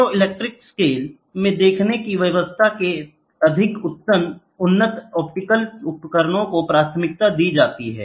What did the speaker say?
photoelectric scale में देखने की व्यवस्था के अधिक उन्नत ऑप्टिकल उपकरणों को प्राथमिकता दी जाती है